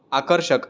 आकर्षक